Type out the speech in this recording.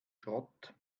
schrott